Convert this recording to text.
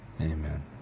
Amen